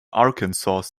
arkansas